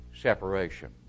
separation